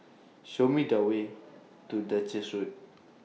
Show Me The Way to Duchess Road